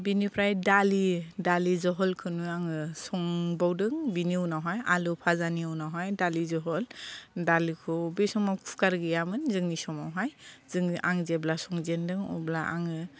बिनिफ्राय दालि दालि जहलखौनो आङो संबावदों बिनि उनावहाय आलु फाजानि उनावहाय दालि जहल दालिखौ बे समाव कुकार गैयामोन जोंनि समावहाय जोङो आं जेब्ला संजेनदों अब्ला आङो